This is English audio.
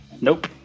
nope